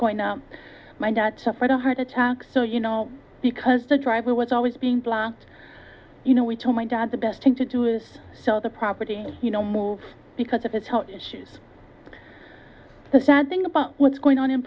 going up my dad suffered a heart attack so you know because the driveway was always being blocked you know we told my dad the best thing to do is sell the property you know move because of his health issues the sad thing about what's going on in